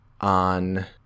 on